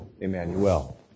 Emmanuel